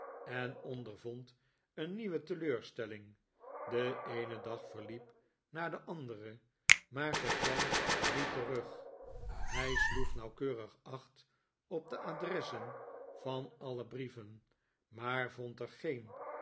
en ondervond een nieuwe teleurstelling de eene dag verliep na den anderen maar zij kwam niet terug hij sloeg nauwkeurig acht op de adressen van alle brieven maar vond er geen